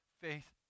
faith